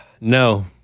No